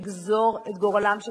חברים, לא בכל מחיר.